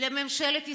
לממשלת ישראל: